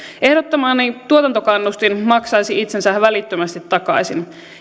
ehdottamani tuotantokannustin maksaisi itsensä välittömästi takaisin